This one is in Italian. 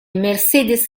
mercedes